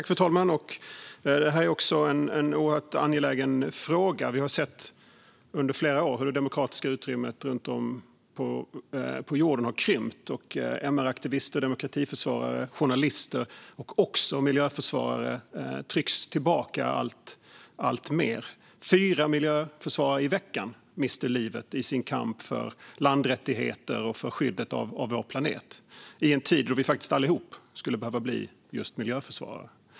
Fru talman! Det här är också en angelägen fråga. Vi har under flera år sett hur det demokratiska utrymmet runt om på jorden har krympt och hur MR-aktivister, demokratiförsvarare, journalister och miljöförsvarare trycks tillbaka alltmer. Fyra miljöförsvarare i veckan mister livet i sin kamp för landrättigheter och skyddet av vår planet - detta i en tid då vi allihop skulle behöva vara miljöförsvarare.